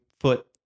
foot